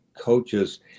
coaches